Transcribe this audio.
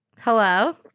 Hello